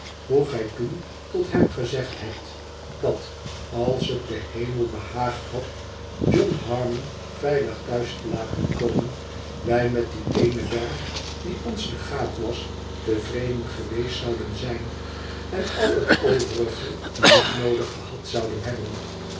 hoe gij toen tot hem gezegd hebt dat als het den hemel behaagd had john harmon veilig thuis te laten komen wij met dien eenen ber die ons legaat was tevreden geweest zouden zijn en al het overige niet noodig gehad zouden hebben